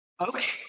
Okay